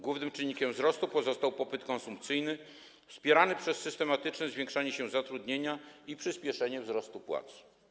Głównym czynnikiem wzrostu pozostał popyt konsumpcyjny, wspierany przez systematyczne zwiększanie się zatrudnienia i przyspieszenie wzrostu płac.